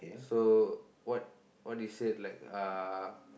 so what what he said like uh